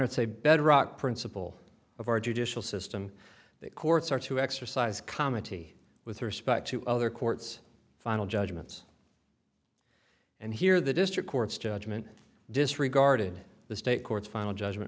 a bedrock principle of our judicial system that courts are to exercise comedy with respect to other courts final judgments and here the district court's judgment disregarded the state courts final judgment